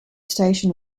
station